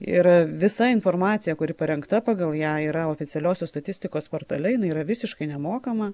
ir visa informacija kuri parengta pagal ją yra oficialiosios statistikos portale jinai yra visiškai nemokama